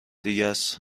دیگهس